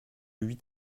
huit